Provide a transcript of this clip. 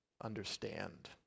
understand